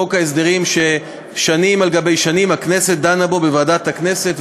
חוק ההסדרים ששנים על גבי שנים הכנסת דנה בו בוועדת הכנסת,